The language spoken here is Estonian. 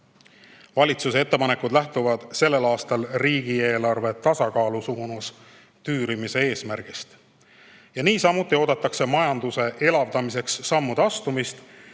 Valitsuse ettepanekud lähtuvad sellel aastal riigieelarve tasakaalu suunas tüürimise eesmärgist. Niisamuti oodatakse samme majanduse elavdamiseks, millest mitmed